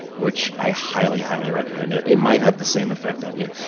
which i highly highly recommend. it it might have the same effect on you.